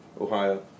Ohio